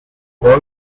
boy